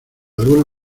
alguna